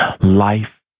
Life